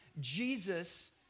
Jesus